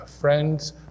friends